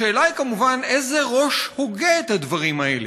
השאלה היא, כמובן, איזה ראש הוגה את הדברים האלה?